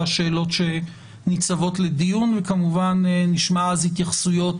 השאלות שניצבות לדיון וכמובן נשמע אז התייחסויות